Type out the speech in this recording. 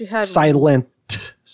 Silent